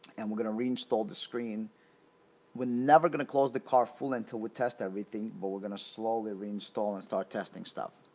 and we're gonna reinstall the screen we're never gonna close the car full until we test everything but we're gonna slowly reinstall and start testing stuff.